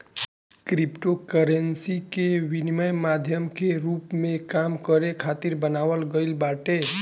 cryptocurrency के विनिमय माध्यम के रूप में काम करे खातिर बनावल गईल बाटे